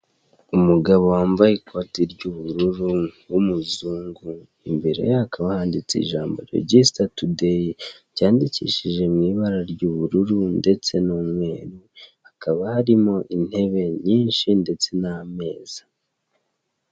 Umugabo wambaye ikote ry' ubururu w' umuzungu imbere ye hakaba handitse ijambo register today ryandikishje mu ibara ry' ubururu ndetse n' umweru hakaba harimo intebe nyinshi ndetse n' ameza.